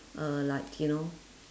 uh like you know